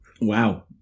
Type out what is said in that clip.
Wow